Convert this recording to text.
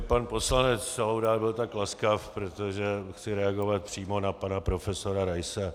Pan poslanec Laudát byl tak laskav, protože chci reagovat přímo na pana profesora Raise.